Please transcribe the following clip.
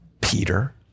Peter